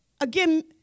again